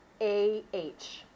A-H